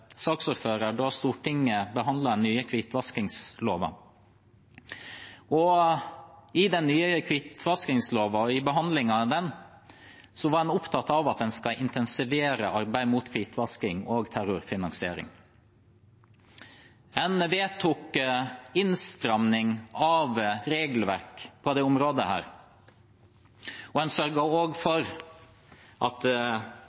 saksordfører da Stortinget behandlet den nye hvitvaskingsloven. I den nye hvitvaskingsloven og i behandlingen av den var en opptatt av at en skal intensivere arbeidet mot hvitvasking og terrorfinansiering. En vedtok innstramning av regelverk på dette området, og en sørget også for at